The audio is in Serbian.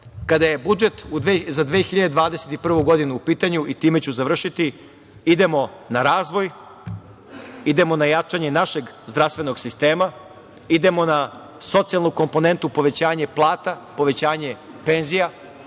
kada je budžet za 2021. godinu u pitanju i time ću završiti, idemo na razvoj, na jačanje našeg zdravstvenog sistema, na socijalnu komponentu povećanja plata, povećanja penzija,